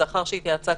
לאחר שהתייעצה,